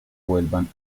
vuelvan